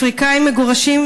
אפריקנים מגורשים,